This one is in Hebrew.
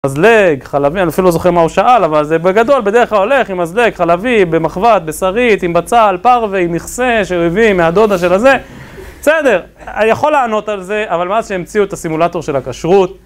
מזלג, חלבי, אני אפילו לא זוכר מה הוא שאל, אבל זה בגדול, בדרך כלל הולך עם מזלג, חלבי, במחבת, בשרית, עם בצל, פרווה, עם מכסה, שהוא הביא, מהדודה של הזה... בסדר, אני יכול לענות על זה, אבל מאז שהמציאו את הסימולטור של הכשרות